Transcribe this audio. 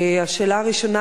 השאלה הראשונה,